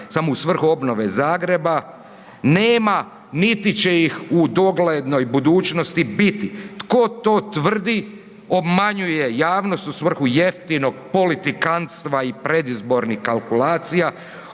samo u svrhu obnove Zagreba, nema niti će ih u doglednoj budućnosti biti, tko to tvrdi obmanjuje javnost u svrhu jeftinog politikanstva i predizbornih kalkulacija